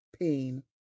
pain